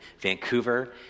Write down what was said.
Vancouver